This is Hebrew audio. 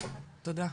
תודה.